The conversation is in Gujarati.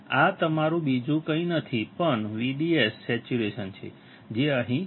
આ તમારું બીજું કંઈ નથી પણ VDS સેચ્યુરેશન છે જે અહીં છે